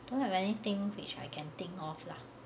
don't have anything which I can think of lah